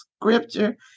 scripture